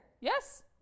Yes